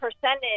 percentage